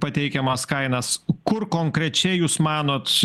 pateikiamas kainas kur konkrečiai jūs manot